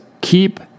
Keep